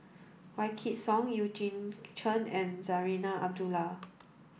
Wykidd Song Eugene Chen and Zarinah Abdullah